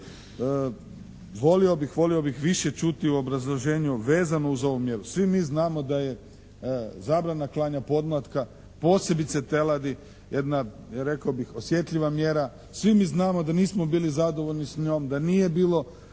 egzistirala. Volio bih više čuti u obrazloženju vezano uz ovu mjeru. Svi mi znamo da je zabrana klanja podmlatka posebice teladi jedna rekao bih osjetljiva mjera. Svi mi znamo da nismo bili zadovoljni s njom, da nije bilo